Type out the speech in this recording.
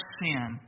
sin